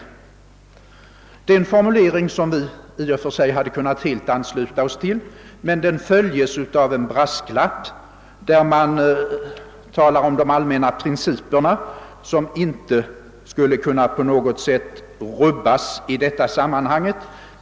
Det är en formulering som vi i och för sig hade kunnat helt ansluta oss till, men den följes av en brasklapp: man talar om de allmänna principerna, som inte på något sätt skulle få rubbas i detta sammanhang.